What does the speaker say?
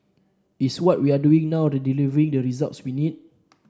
is what we are doing now to delivering the results we need